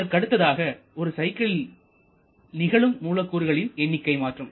அதற்கடுத்ததாக ஒரு சைக்கிளில் நிகழும் மூலக்கூறுகளின் எண்ணிக்கை மாற்றம்